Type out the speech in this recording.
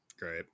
great